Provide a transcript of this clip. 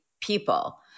people